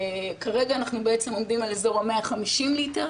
כרגע אנחנו בעצם עומדים על אזור ה-150 ליטר.